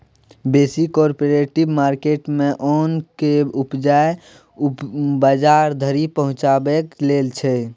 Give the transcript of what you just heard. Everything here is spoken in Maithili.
बेसी कॉपरेटिव मार्केट मे ओन केँ उपजाए केँ बजार धरि पहुँचेबाक लेल छै